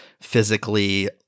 physically